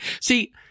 See